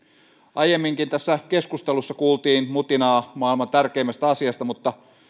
aiemminkin tässä keskustelussa kuultiin mutinaa maailman tärkeimmästä asiasta mutta